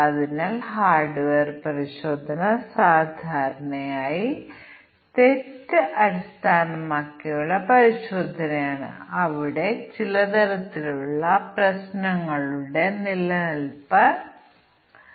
അതിനാൽ തീരുമാന പട്ടികയുമായി വരാൻ വളരെ ലളിതമായ സാങ്കേതികതയാണ് കോസ് ഇഫക്ട് ഗ്രാഫിംഗ് ഒരു തീരുമാന പട്ടിക അടിസ്ഥാനമാക്കിയുള്ള പരിശോധനയുടെ കാര്യത്തിൽ പരിഗണിക്കേണ്ട ടെസ്റ്റ് കേസുകളുടെ എക്സ്പോണൻഷ്യൽ കോമ്പിനേഷൻ ഒഴിവാക്കുന്നു